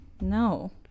no